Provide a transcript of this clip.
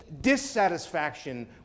dissatisfaction